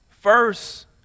First